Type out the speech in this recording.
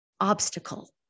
obstacle